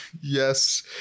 Yes